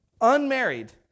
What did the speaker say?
unmarried